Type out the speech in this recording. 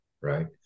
Right